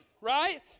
right